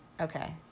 Okay